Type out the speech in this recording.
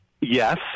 Yes